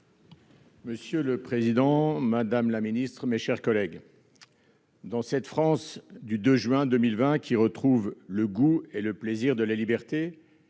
Monsieur le président, madame la secrétaire d'État, mes chers collègues, dans cette France du 2 juin 2020 qui retrouve le goût et le plaisir de la liberté,